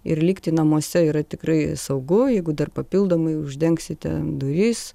ir likti namuose yra tikrai saugu jeigu dar papildomai uždengsite duris